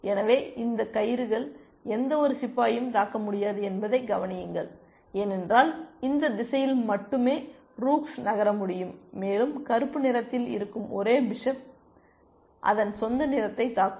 எனவே இந்த கயிறுகள் எந்தவொரு சிப்பாயையும் தாக்க முடியாது என்பதைக் கவனியுங்கள் ஏனென்றால் இந்த திசையில் மட்டுமே ரூக்ஸ் நகர முடியும் மேலும் கறுப்பு நிறத்தில் இருக்கும் ஒரே பிஷப் அதன் சொந்த நிறத்தைத் தாக்கும்